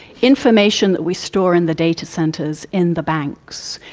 information that we store in the data centres in the banks,